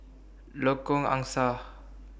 Lengkok Angsa